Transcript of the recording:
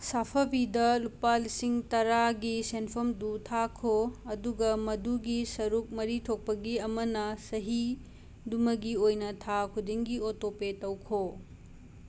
ꯁꯥꯐꯕꯤꯗ ꯂꯨꯄꯥ ꯂꯤꯁꯤꯡ ꯇꯔꯥꯒꯤ ꯁꯦꯟꯐꯝꯗꯨ ꯊꯥꯈꯣ ꯑꯗꯨꯒ ꯃꯗꯨꯒꯤ ꯁꯔꯨꯛ ꯃꯔꯤ ꯊꯣꯛꯄꯒꯤ ꯑꯃꯅ ꯆꯍꯤꯗꯨꯃꯒꯤ ꯑꯣꯏꯅ ꯊꯥ ꯈꯨꯗꯤꯡꯒꯤ ꯑꯣꯇꯣ ꯄꯦ ꯇꯧꯈꯣ